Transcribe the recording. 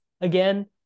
again